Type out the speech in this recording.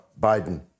Biden